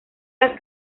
las